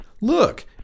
Look